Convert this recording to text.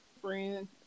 friend